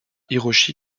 hiroshi